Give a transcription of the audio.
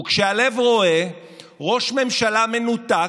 וכשהלב רואה ראש ממשלה מנותק,